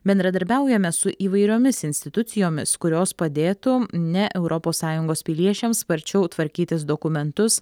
bendradarbiaujame su įvairiomis institucijomis kurios padėtų ne europos sąjungos piliečiams sparčiau tvarkytis dokumentus